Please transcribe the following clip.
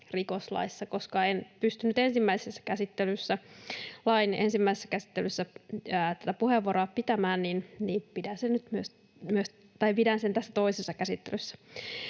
rikoslaissa. Koska en pystynyt lain ensimmäisessä käsittelyssä tätä puheenvuoroa pitämään, niin pidän sen tässä toisessa käsittelyssä.